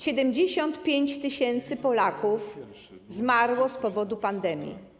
75 tys. Polaków zmarło z powodu pandemii.